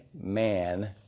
man